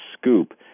scoop